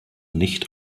nicht